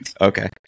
Okay